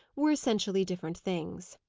were essentially different things.